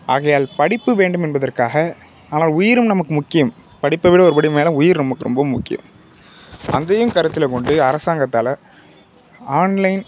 ஆகையால் படிப்பு வேண்டுமென்பதற்காக ஆனால் உயிரும் நமக்கு முக்கியம் படிப்பை விட ஒரு படி மேல் உயிர் நமக்கு ரொம்ப முக்கியம் அதையும் கருத்தில் கொண்டு அரசாங்கத்தால் ஆன்லைன்